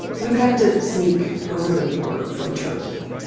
we would have to sneak over the border from turkey.